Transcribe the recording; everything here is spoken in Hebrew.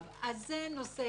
זה נושא אחד,